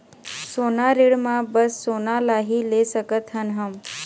सोना ऋण मा बस सोना ला ही ले सकत हन हम?